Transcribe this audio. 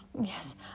yes